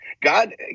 God